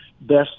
best –